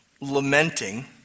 lamenting